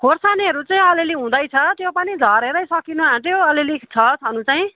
खोर्सानीहरू चाहिँ अलिअलि हुँदैछ त्यो पनि झरेरै सकिनु आँट्यो अलिअलि छ छनु चाहिँ